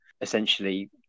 essentially